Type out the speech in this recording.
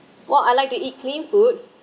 well I like to eat clean food